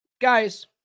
guys